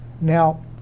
Now